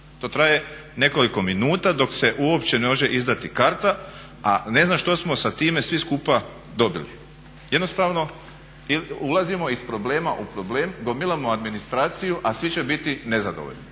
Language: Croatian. To traje nekoliko minuta dok se uopće može izdati karta, a ne znam što smo sa time svim skupa dobili. Jednostavno ulazimo iz problema u problem, gomilamo administraciju a svi će biti nezadovoljni,